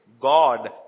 God